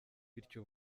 bityo